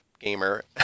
gamer